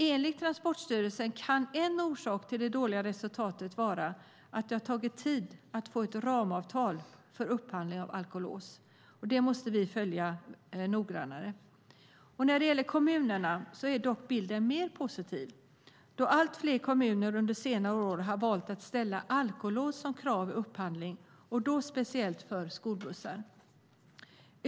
Enligt Transportstyrelsen kan en orsak till det dåliga resultatet vara att det har tagit tid att få ett ramavtal för upphandling av alkolås. Detta måste vi följa noggrannare. I kommunerna är bilden mer positiv. Allt fler kommuner har under senare år valt att ställa krav på alkolås vid upphandling, speciellt för skolbussar.